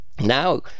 Now